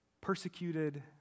persecuted